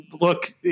look